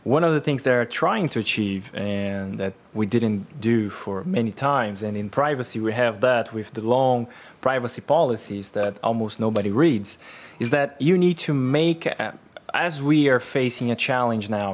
one of the things they are trying to achieve and that we didn't do for many times and in privacy we have that with the long privacy policies that almost nobody reads is that you need to make as we are facing a challenge now